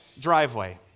driveway